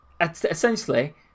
essentially